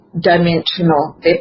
dimensional